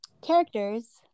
characters